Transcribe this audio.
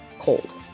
cold